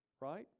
right